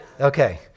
Okay